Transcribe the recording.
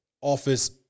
office